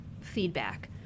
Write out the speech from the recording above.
feedback